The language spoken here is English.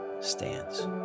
stands